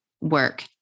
work